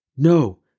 No